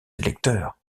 électeurs